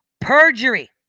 Perjury